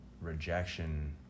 rejection